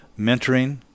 mentoring